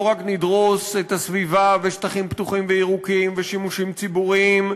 לא רק נדרוס את הסביבה ושטחים פתוחים וירוקים ושימושים ציבוריים,